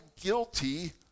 guilty